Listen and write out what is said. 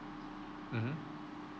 mmhmm